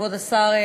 כבוד השר,